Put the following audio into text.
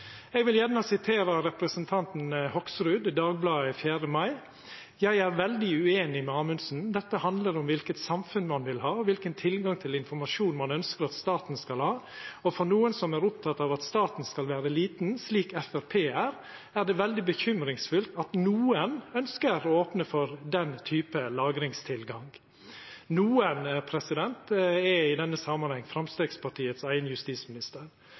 vil gjerne sitera representanten Hoksrud, i Dagbladet den 4. mai: «Jeg er veldig uenig med Amundsen. Dette handler om hvilket samfunn man vil ha og hvilken tilgang til informasjon man ønsker at staten skal ha, og for noen som er opptatt av at staten skal være liten, slik FrP er, er det veldig bekymringsfullt at noen ønsker å åpne for den type lagringstilgang.» «Noen» er i denne samanhengen Framstegspartiets eigen justisminister.